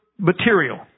material